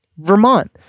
vermont